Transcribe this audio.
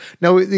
now